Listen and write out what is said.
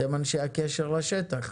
אתם אנשי הקשר לשטח.